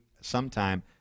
sometime